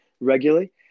regularly